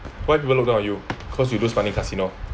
why people look down on you cause you lose money at casino